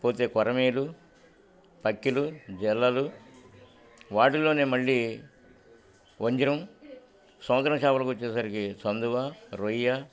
పోతే కొరమేలు పక్కిలు జల్లలు వాటిల్లోనే మళ్ళీ వంజరం సముద్రం చేపలకొచ్చేసరికి చందువ రొయ్య